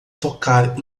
tocar